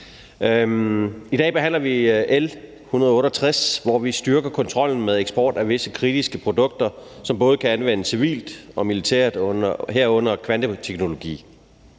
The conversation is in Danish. I dag behandler vi L 168, hvori vi styrker kontrollen med transport af visse kritiske produkter, som både kan anvendes civilt og militært, herunder kvanteteknologi.